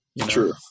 True